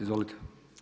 Izvolite.